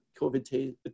COVID